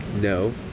No